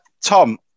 tom